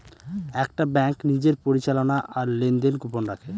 একটি ব্যাঙ্ক নিজের পরিচালনা আর লেনদেন গোপন রাখে